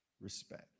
respect